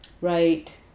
Right